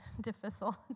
difficult